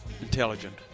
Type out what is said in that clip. Intelligent